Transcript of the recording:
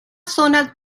zonas